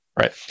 right